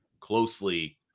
closely